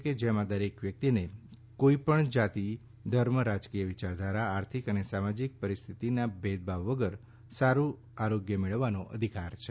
કે જેમાં દરેક વ્યક્તિને કોઈ જાતિ ધર્મ રાજકીય વિયારધારા આર્થિક અને સામાજિક પરિસ્થિતિના ભેદભાવ વગર સારુ આરોગ્ય મેળવવાનો અધિકાર છે